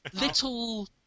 Little